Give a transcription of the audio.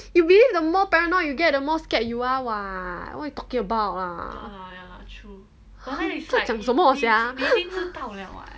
you mean the more paranoid you get the more scared you are what what you talking about lah 你在讲什么 sia